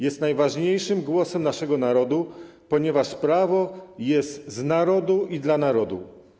Jest najważniejszym głosem naszego narodu, ponieważ prawo jest z narodu i dla narodu.